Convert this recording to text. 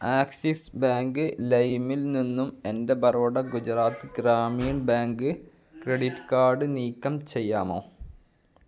axis bank ലൈമിൽ നിന്നും എന്റെ Baroda Gujarat Gramin bank credit card നീക്കം ചെയ്യാമോ